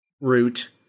root